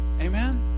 Amen